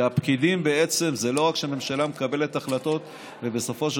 זה לא רק שהממשלה מקבלת החלטות ובסופו של